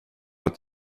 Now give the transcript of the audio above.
att